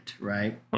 right